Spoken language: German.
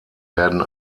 werden